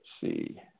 see